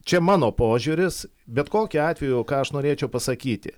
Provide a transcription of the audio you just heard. čia mano požiūris bet kokiu atveju ką aš norėčiau pasakyti